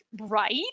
right